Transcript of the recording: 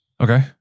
Okay